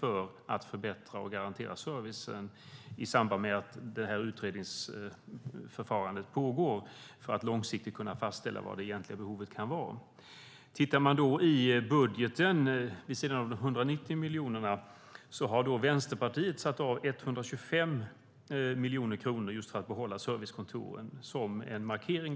för att förbättra och garantera servicen i samband med att utredningsförfarandet pågår för att långsiktigt kunna fastställa vad det egentliga behovet kan vara. Vänsterpartiet har i sin budget satt av 125 miljoner kronor för att behålla servicekontoren som en markering.